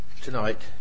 tonight